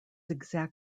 exact